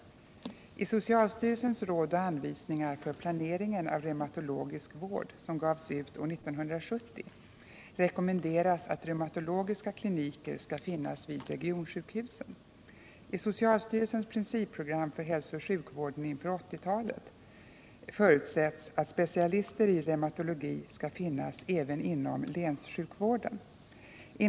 Måndagen den I socialstyrelsens råd och anvisningar för planeringen av reumatologisk 12 december 1977 vård — som gavs ut år 1970 — rekommenderas att reumatologiska kliniker skall finnas vid regionsjukhusen. I socialstyrelsens principprogram för Om ökade resurser hälsooch sjukvården inför 1980-talet för — till reumatikervårutsätts att specialister i reumatologi skall finnas även inom länssjukvår — den den.